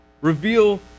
Reveal